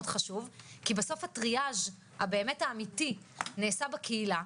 חשוב כי בסוף הטריאז' הבאמת אמיתי נעשה בקהילה,